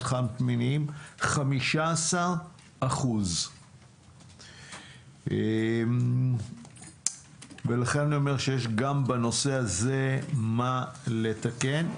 חד-מיניים 15%. לכן אני אומר שיש גם בנושא הזה מה לתקן.